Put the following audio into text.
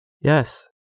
Yes